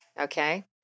Okay